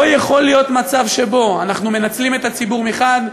לא יכול להיות מצב שבו אנחנו מנצלים את הציבור מחד גיסא,